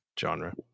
genre